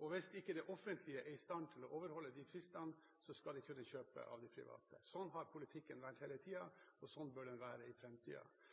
Hvis ikke det offentlige er i stand til å overholde de fristene, skal de kunne kjøpe av det private. Sånn har politikken vært hele